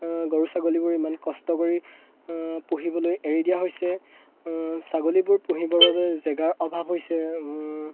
গৰু ছাগলীবোৰ ইমান কষ্ট কৰি পুহিবলৈ এৰি দিয়া হৈছে ছাগলীবোৰ পুহিবৰ বাবে জেগাৰ অভাৱ হৈছে